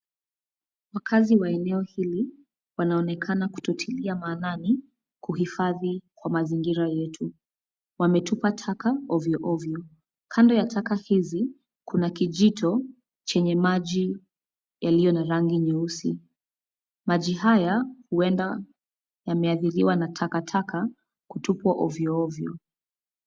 Wakazi wa eneo hili wanaonekana kutotilia maanani kuhifadhi kwa mazingira yetu, wametupa taka ovyoovyo. Kando ya taka hizi kuna kijito chenye maji yaliyo na rangi nyeusi. Maji haya huenda yameadhiriwa na takataka kutupwa ovyoovyo.